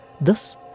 thus